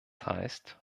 heißt